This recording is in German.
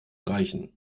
reichen